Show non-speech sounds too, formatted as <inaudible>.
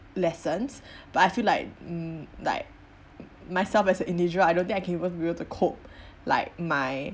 lessons <breath> but I feel like mm like myself as a individual I don't think I can able to be able to cope like my